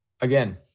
again